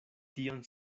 tion